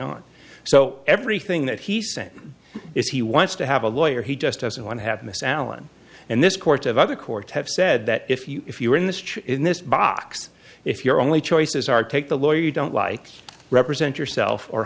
on so everything that he sent is he wants to have a lawyer he just doesn't want to have miss allen and this court of other courts have said that if you if you're in this church in this box if your only choices are take the lawyer you don't like represent yourself or